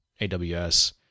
AWS